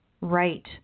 right